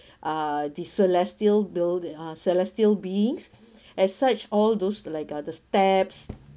uh the celestial build uh celestial beings as such all those like uh the steps